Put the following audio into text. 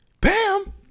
Bam